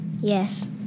Yes